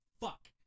fuck